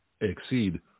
exceed